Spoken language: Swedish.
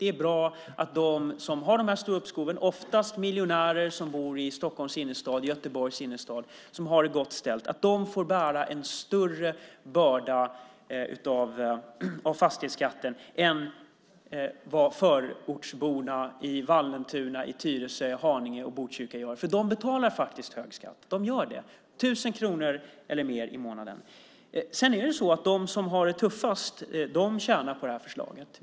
Det är bra att de som har de här stora uppskoven, oftast miljonärer som bor i Stockholms innerstad eller i Göteborgs innerstad, som har det gott ställt, får bära en större börda av fastighetsskatten än förortsborna i Vallentuna, Tyresö, Haninge och Botkyrka. De betalar faktiskt hög skatt. De gör det, 1 000 kronor eller mer i månaden. Sedan är det så att de som har det tuffast tjänar på det här förslaget.